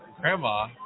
grandma